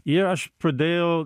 ir aš pradėjau